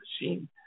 machine